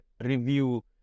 review